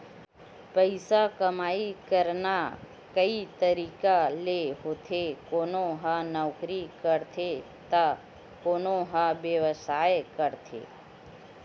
पइसा कमई करना कइ तरिका ले होथे कोनो ह नउकरी करथे त कोनो ह बेवसाय करथे